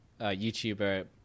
YouTuber